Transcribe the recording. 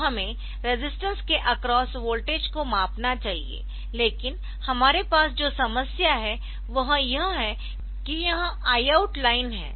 तो हमें रेजिस्टेंस के अक्रॉस वोल्टेज को मापना चाहिए लेकिन हमारे पास जो समस्या है वह यह है कि यह Iout लाइन है